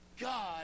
God